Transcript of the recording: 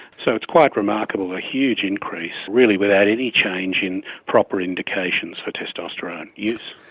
so it's quite remarkable, a huge increase, really without any change in proper indications for testosterone use.